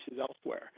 elsewhere